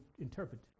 interpret